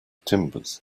timbers